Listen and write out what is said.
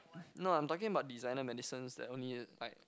no I'm talking about designer medicines that only like